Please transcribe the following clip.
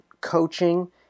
coaching